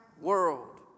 world